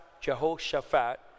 Jehoshaphat